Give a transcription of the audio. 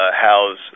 house